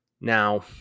Now